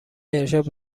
ارشاد